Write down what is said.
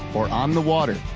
or on the water.